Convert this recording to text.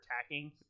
attacking